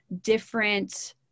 different